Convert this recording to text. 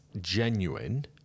genuine